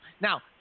Now